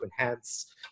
enhance